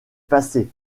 passé